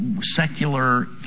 secular